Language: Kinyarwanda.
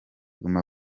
guma